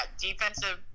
defensive